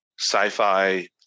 sci-fi